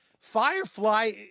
firefly